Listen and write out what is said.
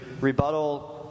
rebuttal